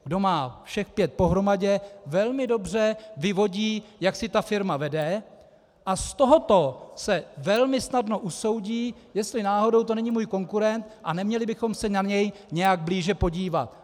Kdo má všech pět pohromadě, velmi dobře vyvodí, jak si ta firma vede, a z tohoto se velmi snadno usoudí, jestli náhodou to není můj konkurent a neměli bychom se na něj nějak blíže podívat.